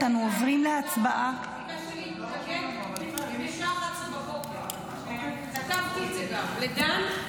אני ביקשתי להתנגד בשעה 11:00. כתבתי את זה גם לדן,